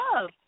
love